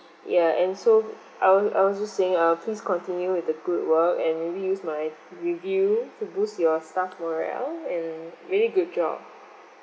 ya and so I was I was just saying err please continue with the good work and maybe use my review to boost your staff morale and really good job